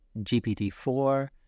GPT-4